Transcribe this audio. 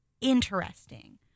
interesting